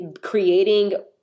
creating